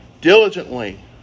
diligently